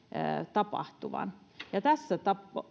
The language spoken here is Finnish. tapahtuvan tässä